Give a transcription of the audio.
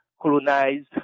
colonized